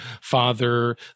father